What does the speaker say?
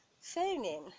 phone-in